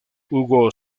hugo